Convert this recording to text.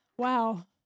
Wow